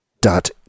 dot